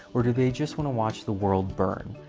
or do they just want to watch the world burn?